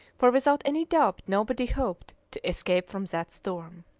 for without any doubt nobody hoped to escape from that storm.